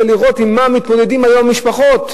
ולראות עם מה מתמודדות היום משפחות,